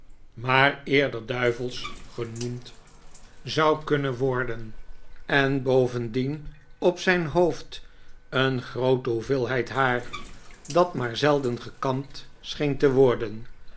ontmoeting eerder duivelsch genoemd zou kunnen worden en bovendien op zijn hoofd een groote hoeveelheid haar dat maar zelden gekamd scheen te worden